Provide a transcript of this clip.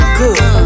good